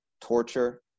torture